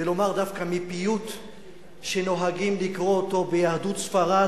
ולומר דווקא משפטים מפיוט שנהגו לקרוא ביהדות ספרד